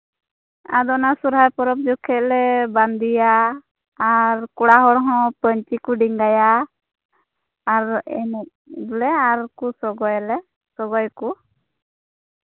ᱟᱫᱚ ᱚᱱᱟ ᱥᱚᱦᱨᱟᱭ ᱯᱚᱨᱚᱵᱽ ᱡᱚᱠᱷᱚᱱ ᱞᱮ ᱵᱟᱸᱫᱮᱭᱟ ᱟᱨ ᱠᱚᱲᱟ ᱦᱚᱲ ᱦᱚᱸ ᱯᱟᱹᱧᱪᱤ ᱠᱚ ᱰᱮᱸᱜᱟᱭᱟ ᱟᱨ ᱮᱱᱮᱡ ᱵᱚᱞᱮ ᱟᱨ ᱠᱚ ᱥᱚᱜᱚᱭᱟᱞᱮ ᱥᱚᱜᱚᱭᱟᱠᱚ